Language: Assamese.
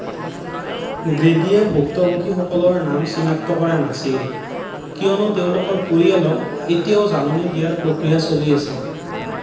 গ্ৰেডিয়ে ভুক্তভোগীসকলৰ নাম চিনাক্ত কৰা নাছিল কিয়নো তেওঁলোকৰ পৰিয়ালক এতিয়াও জাননী দিয়াৰ প্ৰক্ৰিয়া চলি আছে